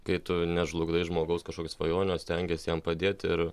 kai tu nežlugdai žmogaus kažkokių svajonių o stengiesi jam padėti ir